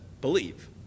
believe